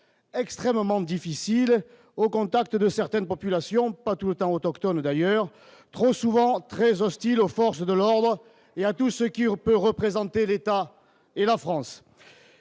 extrêmement difficiles au contact de certaines populations pas tout autant autochtones d'ailleurs trop souvent très hostiles aux forces de l'ordre et à tous ceux qui, au peut représenter l'État et la France.